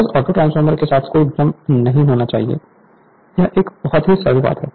बस ऑटोट्रांसफॉर्मर के साथ कोई भ्रम नहीं होना चाहिए यह एक बहुत ही सरल बात है